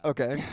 Okay